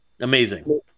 Amazing